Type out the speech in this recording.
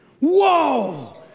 whoa